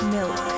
Milk